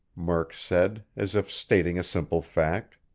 murk said, as if stating a simple fact.